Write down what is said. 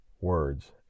words